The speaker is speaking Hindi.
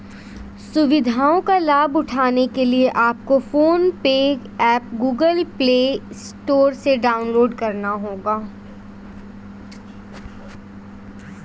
सुविधाओं का लाभ उठाने के लिए आपको PhonePe app Google Play Store से डाउनलोड करना होगा